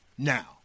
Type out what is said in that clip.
Now